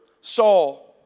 Saul